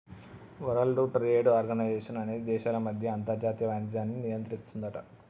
world trade organization అనేది దేశాల మధ్య అంతర్జాతీయ వాణిజ్యాన్ని నియంత్రిస్తుందట